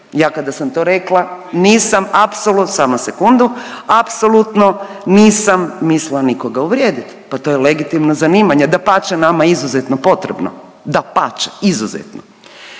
Ja kada sam to rekla nisam apsolutno, samo sekundu, apsolutno nisam mislila nikoga uvrijediti. Pa to je legitimno zanimanje, dapače nama izuzetno potrebno, dapače izuzetno.